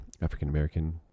African-American